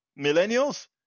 millennials